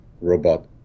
robot